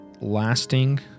lasting